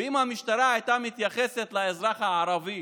ואם המשטרה הייתה מתייחסת לאזרח הערבי